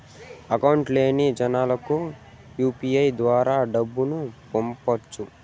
Account లేని జనాలకు UPI ద్వారా డబ్బును పంపొచ్చా?